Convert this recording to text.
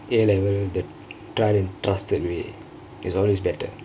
A level the tried and trusted way is always better